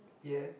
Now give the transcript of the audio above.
yea